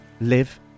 live